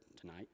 tonight